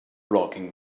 blocking